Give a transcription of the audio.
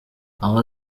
aho